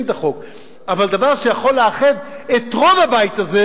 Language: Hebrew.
את החוק אבל לדבר שיכול לאחד את רוב הבית הזה,